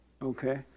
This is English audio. Okay